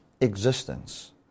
existence